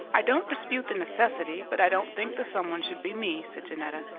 i don't dispute the necessity, but i don't think the some one should be me, said janetta.